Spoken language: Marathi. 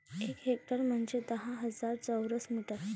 एक हेक्टर म्हंजे दहा हजार चौरस मीटर